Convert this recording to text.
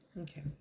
Okay